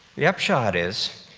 the upshot is,